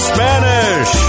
Spanish